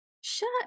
shut